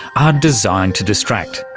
are designed to distract.